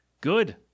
Good